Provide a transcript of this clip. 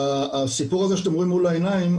הסיפור שאתם רואים מול העיניים,